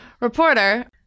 reporter